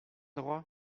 droit